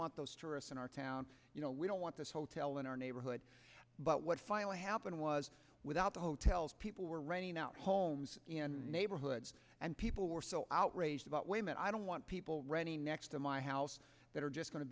want those tourists in our town you know we don't want this hotel in our neighborhood but what finally happened was without the hotels people were running out homes and neighborhoods and people were so outraged about women i don't want people running next to my house that are just going to